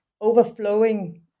overflowing